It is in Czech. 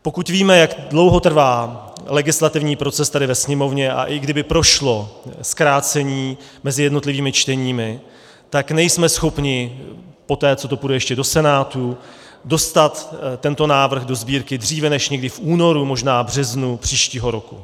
Pokud víme, jak dlouho trvá legislativní proces tady ve Sněmovně, a i kdyby prošlo zkrácení mezi jednotlivými čteními, tak nejsme schopni poté, co to půjde ještě do Senátu, dostat tento návrh do Sbírky dříve než někdy v únoru, možná březnu příštího roku.